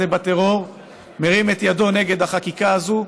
בטרור מרים את ידו נגד החקיקה הזאת,